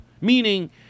Meaning